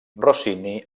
rossini